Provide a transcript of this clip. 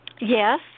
Yes